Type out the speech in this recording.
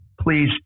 please